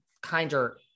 kinder